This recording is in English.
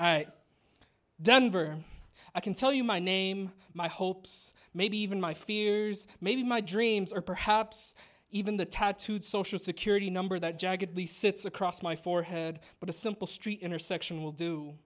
right denver i can tell you my name my hopes maybe even my fears maybe my dreams or perhaps even the tattooed social security number that jaggedly sits across my forehead but a simple street intersection will do